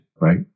right